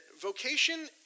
vocation